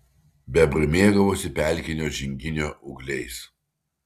bebrai mėgavosi pelkinio žinginio ūgliais